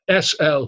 SL